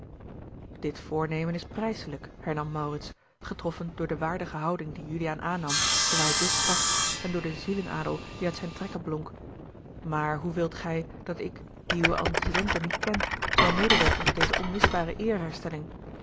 dit voornemen is prijselijk hernam maurits getroffen door de waardige houding die juliaan aannam terwijl hij dus sprak en door den zielenadel die uit zijne trekken blonk maar hoe wilt gij dat ik die uwe antecedenten niet ken zal medewerken tot deze onmisbare